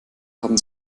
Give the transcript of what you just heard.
haben